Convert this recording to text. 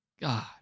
God